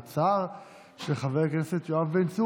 יואב בן צור